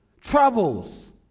troubles